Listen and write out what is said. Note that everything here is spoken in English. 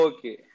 Okay